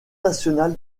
national